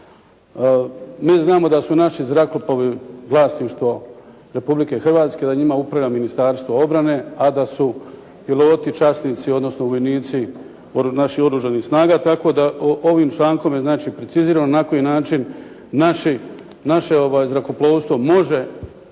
Mi znamo da su naši zrakoplovi vlasništvo Republike Hrvatske, da njima upravlja Ministarstvo obrane, a da su piloti, časnici odnosno vojnici naših Oružanih snaga. Tako da ovim člankom je znači precizirano na koji način naše zrakoplovstvo može